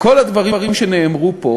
כל הדברים שנאמרו פה